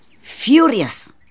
Furious